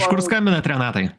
iš kur skambinat renatai